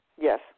Yes